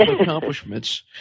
accomplishments